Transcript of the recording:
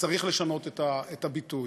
שצריך לשנות את הביטוי.